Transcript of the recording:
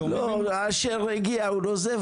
תפקידנו העיקרי הוא לשמור על הקרקעות ולספק